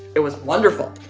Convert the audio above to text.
it was wonderful